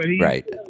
Right